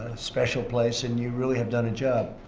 special place, and you really have done a job.